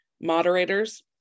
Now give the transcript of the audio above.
moderators